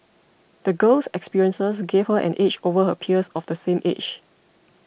the girl's experiences gave her an edge over her peers of the same age